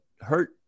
hurt